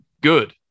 good